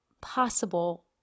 possible